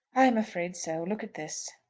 i am afraid so. look at this.